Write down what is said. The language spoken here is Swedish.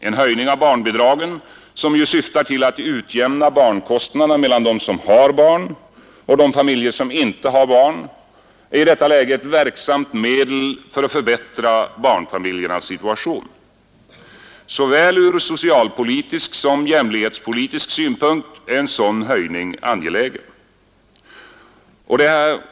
En höjning av barnbidragen, som ju syftar till att utjämna barnkostnaderna mellan dem som har barn och de familjer som inte har barn, är i detta läge ett verksamt medel för att förbättra barnfamiljernas situation. Såväl ur socialpolitisk som ur jämlikhetspolitisk synpunkt är en sådan höjning angelägen.